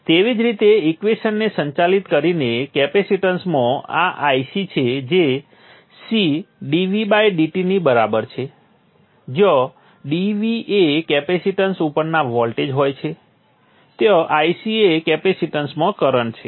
તેવી જ રીતે ઈક્વેશનને સંચાલિત કરીને કેપેસિટેન્સમાં આ IC છે જે C dvdt ની બરાબર છે જ્યાં dv એ કેપેસિટેન્સ ઉપરના વોલ્ટેજ હોય છે ત્યાં IC એ કેપેસિટેન્સમાં કરંટ છે